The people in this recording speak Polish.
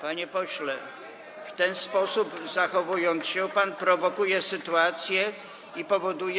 Panie pośle, w ten sposób zachowując się, pan prowokuje sytuację i powoduje.